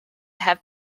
have